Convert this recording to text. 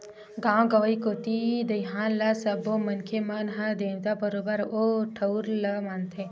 गाँव गंवई कोती दईहान ल सब्बो मनखे मन ह देवता बरोबर ओ ठउर ल मानथे